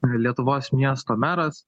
lietuvos miesto meras